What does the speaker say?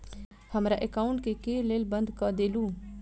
हमरा एकाउंट केँ केल बंद कऽ देलु?